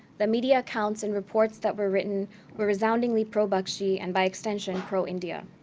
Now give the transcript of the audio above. the media accounts and reports that were written were resoundingly pro-bakshi, and by extension, pro-india.